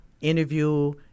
interview